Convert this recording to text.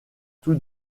tout